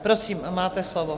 Prosím, máte slovo.